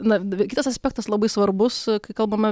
na kitas aspektas labai svarbus kai kalbame